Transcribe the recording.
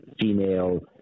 female